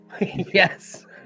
yes